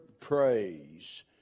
praise